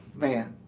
man,